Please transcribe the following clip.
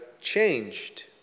changed